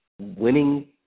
winning